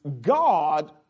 God